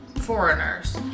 foreigners